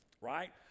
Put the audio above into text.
right